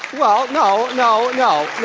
well, no, no, no,